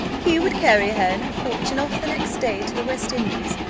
he would carry her and her fortune off the next day to the west indies.